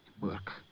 Work